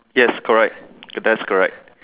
yes correct that's correct